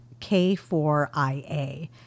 K4IA